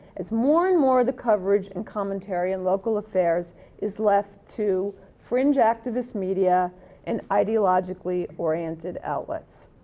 as more and more of the coverage and commentary in local affairs is left to fringe activist media and ideologically oriented outlets.